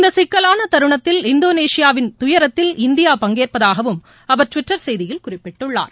இந்தசிக்கலானதருணத்தில் இந்தோளேஷியாவின் துயரத்தில் இந்தியா பங்கேற்பதாகவும் அவா டுவிட்டர் செய்தியில் குறிப்பிட்டுள்ளார்